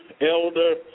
elder